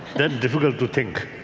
that difficult to think.